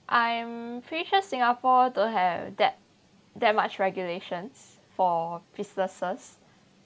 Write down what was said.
I am pretty sure singapore don't have that that much regulations for businesses